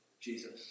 Jesus